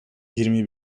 yirmi